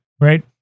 right